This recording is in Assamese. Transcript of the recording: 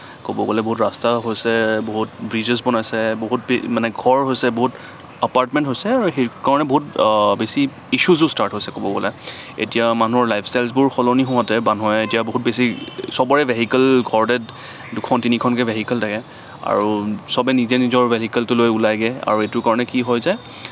ক'ব গ'লে বহুত ৰাস্তা হৈছে বহুত ব্ৰিজেছ বনাইছে বহুত বি মানে ঘৰ হৈছে বহুত এপাৰ্টমেণ্ট হৈছে আৰু সেইকাৰণে মানে বহুত বেছি ইশ্বুজো ষ্টাৰ্ট হৈছে ক'ব গ'লে এতিয়া মানুহৰ লাইফ ষ্টাইলছবোৰ সলনি হওঁতে বা মানুহে এতিয়া বহুত বেছি সবৰে ভেহিকেল ঘৰতে দুখন তিনিখনকে ভেহিকেল থাকে আৰু সবে নিজে নিজৰ ভেহিকেলটো লৈ ওলায়গৈ আৰু এইটো কাৰণে কি হয় যে